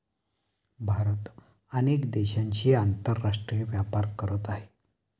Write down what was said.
भारत अनेक देशांशी आंतरराष्ट्रीय व्यापार करत आहे